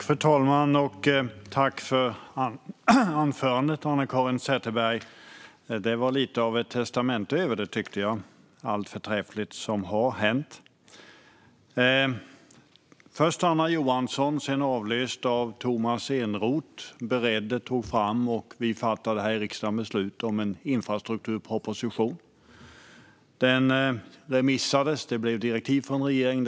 Fru talman! Tack för anförandet, Anna-Caren Sätherberg! Det var lite av ett testamente över det, tycker jag, med allt förträffligt som har hänt. Först Anna Johansson, sedan avlöst av Tomas Eneroth, beredde och tog fram en infrastrukturproposition som vi fattade beslut om här i riksdagen. Det blev direktiv från regeringen.